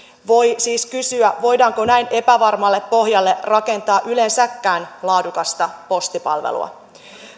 voi siis kysyä voidaanko näin epävarmalle pohjalle yleensäkään rakentaa laadukasta postipalvelua